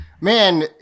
Man